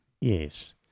Yes